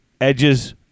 edges